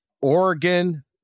Oregon